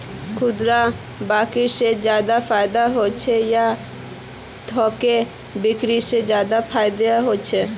खुदरा बिक्री से ज्यादा फायदा होचे या थोक बिक्री से ज्यादा फायदा छे?